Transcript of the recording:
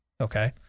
okay